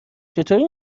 چطوری